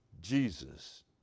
Jesus